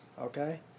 okay